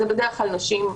זה בדרך כלל נשים,